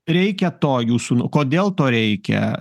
reikia to jūsų kodėl to reikia